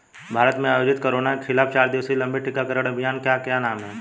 भारत में आयोजित कोरोना के खिलाफ चार दिवसीय लंबे टीकाकरण अभियान का क्या नाम है?